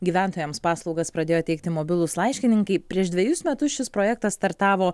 gyventojams paslaugas pradėjo teikti mobilūs laiškininkai prieš dvejus metus šis projektas startavo